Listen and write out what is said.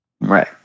right